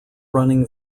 running